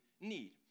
need